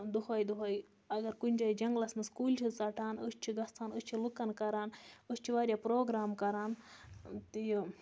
دۄہَے دۄہَے اگر کُنہِ جایہِ جنٛگلَس منٛز کُلۍ چھِ ژَٹان أسۍ چھِ گَژھان أسۍ چھِ لُکَن کران أسۍ چھِ وارِیاہ پروگرام کَران تہٕ یہِ